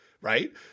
right